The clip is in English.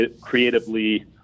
creatively